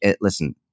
listen